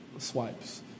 swipes